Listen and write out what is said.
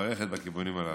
המערכת בכיוונים הללו.